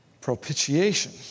Propitiation